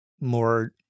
more